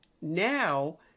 now